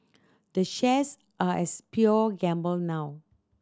the shares are as pure gamble now